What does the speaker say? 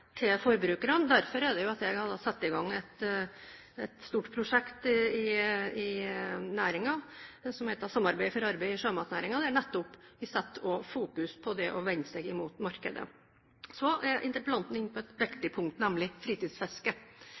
forbrukerne. Derfor er det at jeg har satt i gang et stort prosjekt i næringen, som heter «Samarbeid for arbeid i sjømatnæringa», der vi nettopp setter fokus på det å vende seg mot markedet. Så er interpellanten inne på et viktig punkt, nemlig